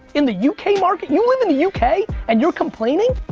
in the u k. market, you live in the u k. and you're complaining?